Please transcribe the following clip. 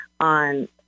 on